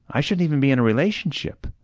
i shouldn't even be in a relationship,